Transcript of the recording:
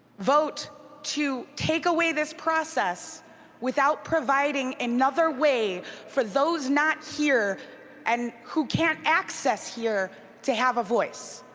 vote to take away this process without providing another way for those not here and who can't access here to have a voice.